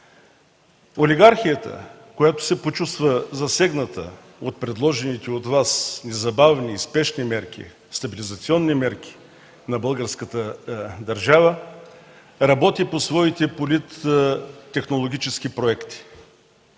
Олигархията, която се почувства засегната от предложените от Вас незабавни и спешни мерки, стабилизационни мерки на българската държава, работи по своите политтехнологически проекти.